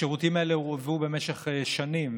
השירותים האלה הורעבו במשך שנים.